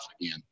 again